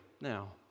now